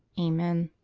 amen.